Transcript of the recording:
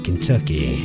Kentucky